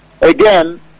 Again